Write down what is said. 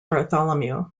bartholomew